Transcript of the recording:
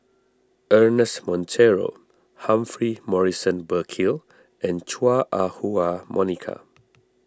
Ernest Monteiro Humphrey Morrison Burkill and Chua Ah Huwa Monica